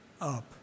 up